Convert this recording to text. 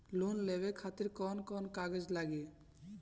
Loan लेवे खातिर कौन कौन कागज लागी?